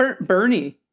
bernie